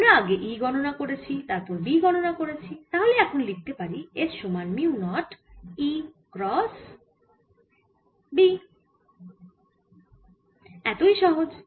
আমরা আগে E গণনা করেছি তারপর B গণনা করেছি তাহলে এখন লিখতে পারি S সমান 1 by mu naught E cross B এতই সহজ